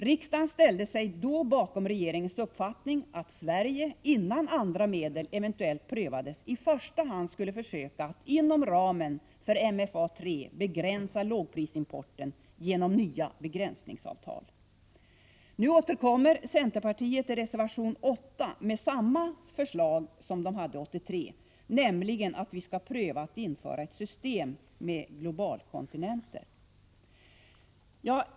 Riksdagen ställde sig då bakom regeringens uppfattning att Sverige, innan andra medel eventuellt prövades, i första hand skulle försöka att inom ramen för MFA III begränsa lågprisimporten genom nya begränsningsavtal. Nu återkommer centerpartiet i reservation 8 med samma förslag som det hade 1983, nämligen att vi skall pröva att införa ett system med globalkontingenter.